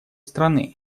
страны